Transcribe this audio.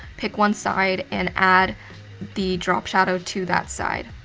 pick one side, and add the drop shadow to that side.